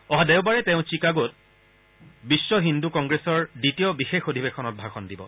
অহা দেওবাৰে তেওঁ চিকাগোত বিশ্ব হিন্দু কংগ্ৰেছৰ দ্বিতীয় বিশেষ অধিবেশনত ভাষণ দিব